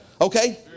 okay